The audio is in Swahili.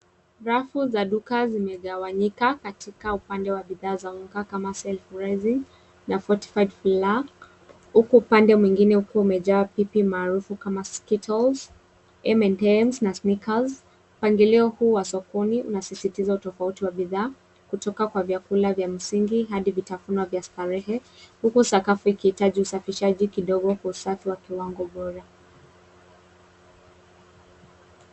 Rafu za duka zimegawanyika katika upande wa kuvaa kama [c.s]self dressing fortified flag, huku upande mwingine ukiwa ume maarufu kama skew top m and m na snickers, mpangilio huu wa sokoni unasisitiza wa bidhaa kutoka kwa vyakula vya msingi hadi vitafunwa vya huku sakafu ikihitaji usafishaji kidogo WA kiwango bora.